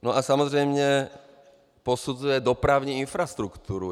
No a samozřejmě posuzuje dopravní infrastrukturu.